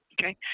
Okay